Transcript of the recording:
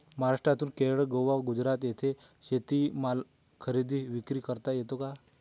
महाराष्ट्रातून केरळ, गोवा, गुजरात येथे शेतीमाल खरेदी विक्री करता येतो का?